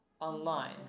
online